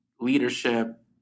leadership